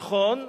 נכון,